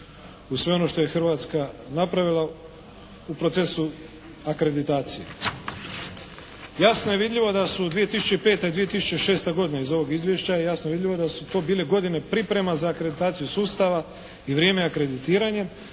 u sve ono što je Hrvatska napravila u procesu akreditacije. Jasno je vidljivo da su 2005., 2006. godina, iz ovog izvješća je jasno vidljivo da su to bile godine priprema za akreditaciju sustava i vrijeme akreditiranja,